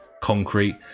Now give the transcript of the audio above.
concrete